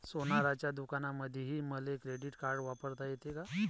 सोनाराच्या दुकानामंधीही मले क्रेडिट कार्ड वापरता येते का?